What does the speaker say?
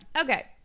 Okay